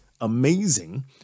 amazing